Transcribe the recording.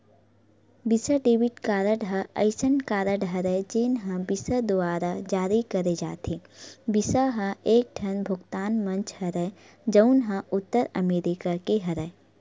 बिसा debit card ह असइन कारड हरय जेन ल बिसा दुवारा जारी करे जाथे, बिसा ह एकठन भुगतान मंच हरय जउन ह उत्तर अमरिका के हरय